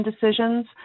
decisions